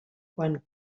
quan